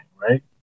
right